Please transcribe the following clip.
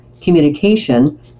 communication